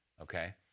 Okay